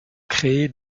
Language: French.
créez